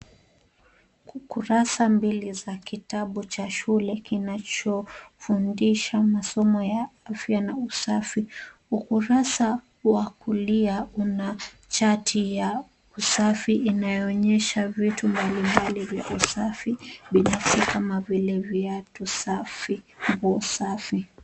Kurasa mbili za kitabu cha shule kinachofundisha masomo ya afya na usafi. Ukurasa wa kulia una chati ya usafi inayoonyesha vitu mbalimbali vya usafi kama vile viatu safi kwa usafi.